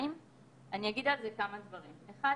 אני שומע את זה גם מהרבה מאוד אנשים ממערכת הבריאות,